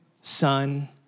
son